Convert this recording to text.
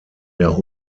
der